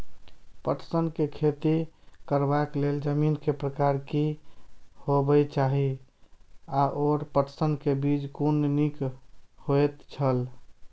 पटसन के खेती करबाक लेल जमीन के प्रकार की होबेय चाही आओर पटसन के बीज कुन निक होऐत छल?